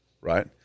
right